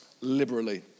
liberally